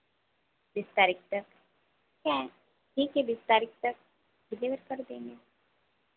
बीस तारीख तक ठीक है ठीक है बीस तारिख तक डिलीवर कर देंगे